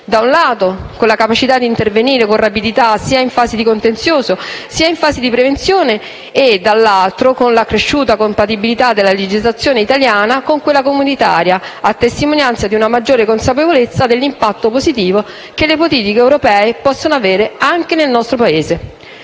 da un lato, la capacità di intervenire con rapidità in fase sia di contenzioso, che di prevenzione e, dall'altro lato, l'accresciuta compatibilità della legislazione italiana con quella comunitaria, a testimonianza di una maggiore consapevolezza dell'impatto positivo che le politiche europee possono avere anche nel nostro Paese.